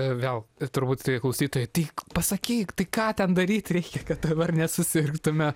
vėl turbūt klausytojai tai pasakyk tai ką ten daryt reikia kad dabar nesusirgtume